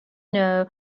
know